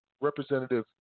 Representative